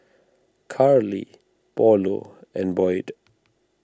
Carly Paulo and Boyd